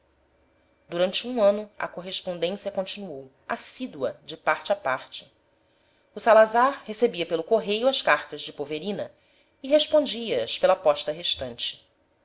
durante um ano a correspondência continuou assídua de parte a parte o salazar recebia pelo correio as cartas de poverina e respondia as pela posta restante